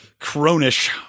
cronish